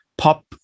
pop